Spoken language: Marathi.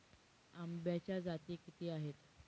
आंब्याच्या जाती किती आहेत?